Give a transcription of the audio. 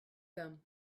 gum